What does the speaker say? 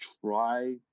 try